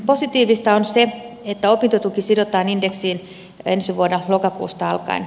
positiivista on se että opintotuki sidotaan indeksiin ensi vuoden elokuusta alkaen